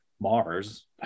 Mars